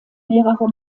mehrere